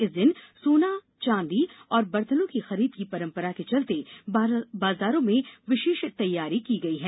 इस दिन सोना चांदी और बर्तनों की खरीद की परंपरा के चलते बाजारों में विषेष तैयारी की गई है